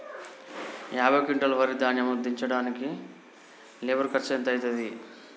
యాభై క్వింటాల్ వరి ధాన్యము దించడానికి లేబర్ ఖర్చు ఎంత అయితది?